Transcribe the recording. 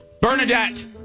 Bernadette